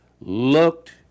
looked